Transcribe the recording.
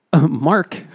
Mark